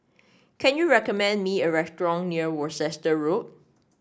can you recommend me a restaurant near Worcester Road